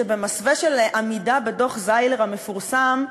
שבמסווה של עמידה בדוח זיילר המפורסם,